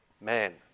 man